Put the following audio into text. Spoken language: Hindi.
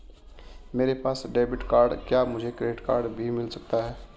मेरे पास डेबिट कार्ड है क्या मुझे क्रेडिट कार्ड भी मिल सकता है?